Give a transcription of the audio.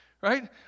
Right